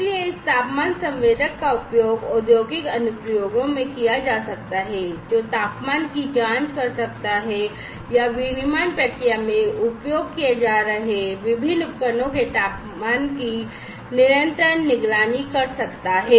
इसलिए इस तापमान संवेदक का उपयोग औद्योगिक अनुप्रयोगों में किया जा सकता है जो तापमान की जांच कर सकता है या विनिर्माण प्रक्रिया में उपयोग किए जा रहे विभिन्न उपकरणों के तापमान की निरंतर निगरानी कर सकता है